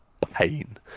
pain